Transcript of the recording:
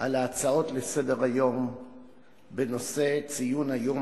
על ההצעות לסדר-היום בנושא "ציון היום